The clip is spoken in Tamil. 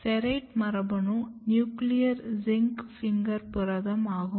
SERRATE மரபணு நியூக்ளியர் ஜின்க் பிங்கர் புரதம் ஆகும்